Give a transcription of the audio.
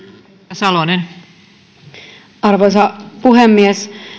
arvoisa puhemies